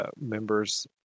members